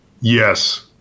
Yes